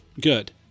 good